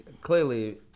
clearly